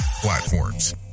platforms